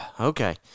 okay